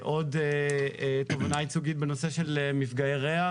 עוד תובענה ייצוגית בנושא של מפגעי ריח